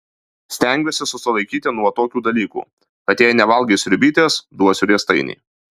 stengiuosi susilaikyti nuo tokių dalykų kad jei nevalgai sriubytės duosiu riestainį